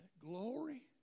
Glory